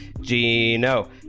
Gino